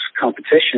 competition